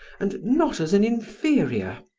and not as an inferior,